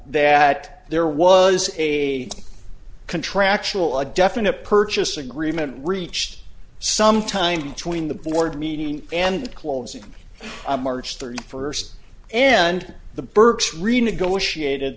that there was a contractual a definite purchase agreement reached some time between the board meeting and closing march thirty first and the burkes renegotiated